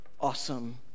Awesome